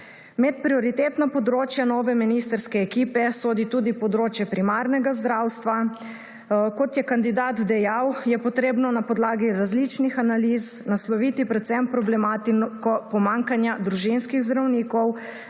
Med prioritetno področje nove ministrske ekipe sodi tudi področje primarnega zdravstva. Kot je kandidat dejal, je treba na podlagi različnih analiz nasloviti predvsem problematiko pomanjkanja družinskih zdravnikov,